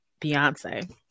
Beyonce